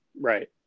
Right